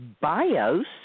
bios